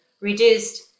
reduced